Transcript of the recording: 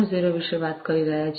0 વિશે વાત કરી રહ્યા છીએ